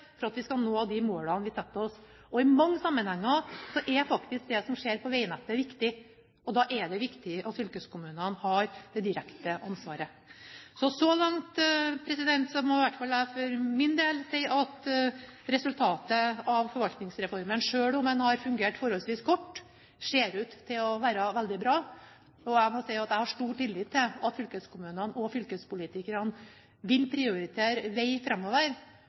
Hva må vi gjøre for at vi skal nå de målene vi setter oss? I mange sammenhenger er faktisk det som skjer på veinettet, viktig. Da er det viktig at fylkeskommunene har det direkte ansvaret. Så langt må i hvert fall jeg for min del si at resultatet av Forvaltningsreformen, selv om den har fungert forholdsvis kort, ser ut til å være veldig bra. Jeg må si at jeg har stor tillit til at fylkeskommunene og fylkespolitikerne vil prioritere vei